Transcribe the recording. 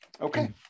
Okay